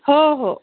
हो हो